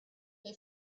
they